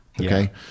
Okay